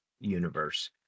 universe